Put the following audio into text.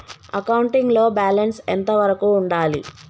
Accounting లో balance ఎంత వరకు ఉండాలి?